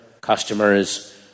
customers